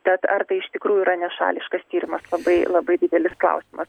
tad ar tai iš tikrųjų yra nešališkas tyrimas labai labai didelis klausimas